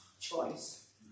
choice